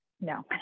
No